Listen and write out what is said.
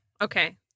okay